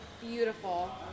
beautiful